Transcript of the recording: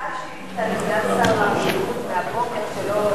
היתה שאילתא לסגן שר הבריאות מהבוקר.